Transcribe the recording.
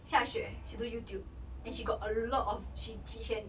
xia xue she do youtube and she got a lot of she she can